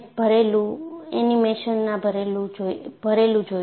આપણે એનિમેશનને ભરેલું જોઈશું